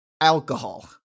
alcohol